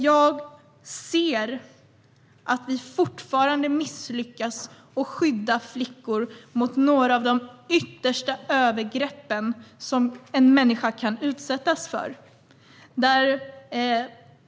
Jag ser att vi fortfarande misslyckas med att skydda flickor mot några av de yttersta övergrepp som en människa kan utsättas för.